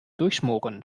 durchschmoren